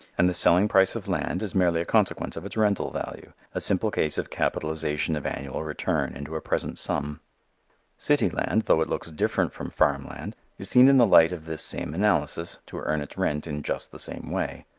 and the selling price of land is merely a consequence of its rental value, a simple case of capitalization of annual return into a present sum city land, though it looks different from farm land, is seen in the light of this same analysis, to earn its rent in just the same way.